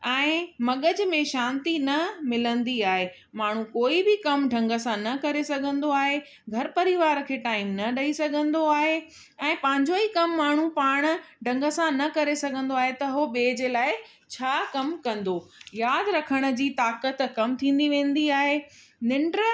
ऐं मग़ज में शांती न मिलंदी आहे माण्हू कोई बि कम ढ़ग सां न करे सघंदो आहे घर परिवार खे टाइम न ॾई सघंदो आहे ऐं पंहिंजो ई कमु माण्हू पाण ढ़ग सां न करे सघंदो आहे त उहो ॿिए जे लाइ छा कमु कंदो यादि रखण जी ताक़त कम थींदी वेंदी आहे निंड